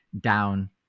down